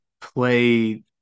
play